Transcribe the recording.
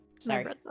Sorry